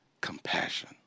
compassion